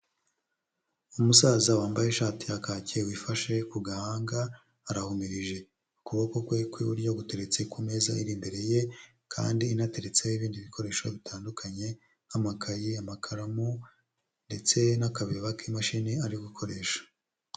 Umusaza wambaye ishati ya kake wifashe ku gahanga arahumirije, ukuboko kwe kw'iburyo guteretse ku meza iri imbere ye, kandi inateretseho ibindi bikoresho bitandukanye nk'amakaye, amakaramu ndetse n'akabeba k'imashini ari gukoresha.